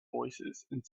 voicesand